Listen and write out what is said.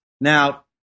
Now